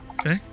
Okay